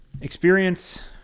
experience